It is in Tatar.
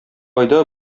айда